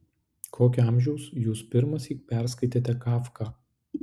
kokio amžiaus jūs pirmąsyk perskaitėte kafką